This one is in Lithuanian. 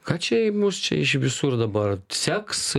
kad čia į mus čia iš visur dabar seks